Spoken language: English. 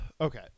Okay